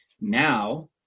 now